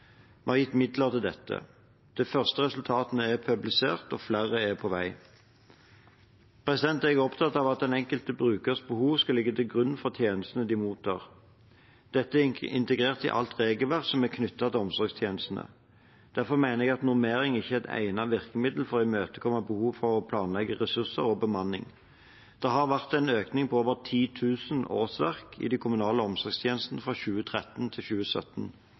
Vi har gitt midler til dette. De første resultatene er publisert, og flere er på vei. Jeg er opptatt av at den enkelte brukers behov skal ligge til grunn for tjenestene man mottar. Dette er integrert i alt regelverk som er knyttet til omsorgstjenestene. Derfor mener jeg at normering ikke er et egnet virkemiddel for å imøtekomme behov for å planlegge ressurser og bemanning. Det har vært en økning på over 10 000 årsverk i de kommunale omsorgstjenestene fra 2013 til 2017.